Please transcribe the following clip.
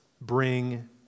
bring